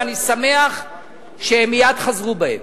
ואני שמח שהם מייד חזרו בהם.